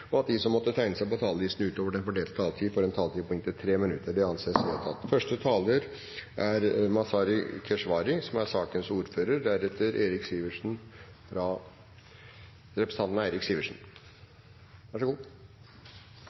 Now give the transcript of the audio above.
og at de som måtte tegne seg på talerlisten utover den fordelte taletid, får en taletid på inntil 3 minutter. – Det anses vedtatt. Første taler er i utgangspunktet representanten Geir S. Toskedal, som er sakens ordfører. Presidenten kan ikke se at representanten